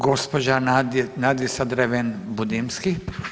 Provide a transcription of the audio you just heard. Gospođa Nadica Dreven Budinski.